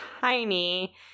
tiny